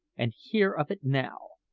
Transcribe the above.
and hear of it now.